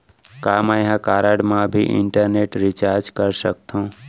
का मैं ह कारड मा भी इंटरनेट रिचार्ज कर सकथो